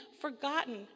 forgotten